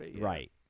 Right